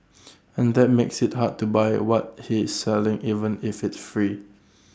and that makes IT hard to buy what he's selling even if it's free